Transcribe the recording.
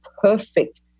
perfect